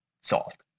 solved